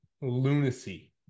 Lunacy